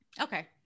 Okay